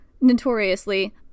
notoriously